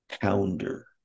Pounder